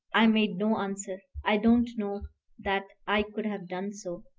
i made no answer. i don't know that i could have done so.